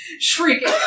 Shrieking